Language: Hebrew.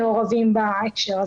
מה יכול להיות פתרון מבחינתך?